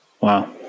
Wow